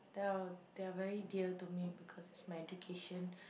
they are they are very dear to me because it's my education